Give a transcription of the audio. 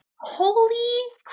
Holy